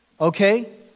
Okay